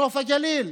נוף הגליל.